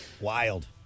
Wild